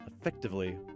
effectively